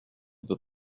peut